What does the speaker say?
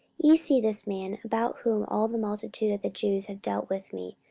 ye see this man, about whom all the multitude of the jews have dealt with me,